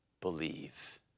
believe